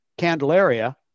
Candelaria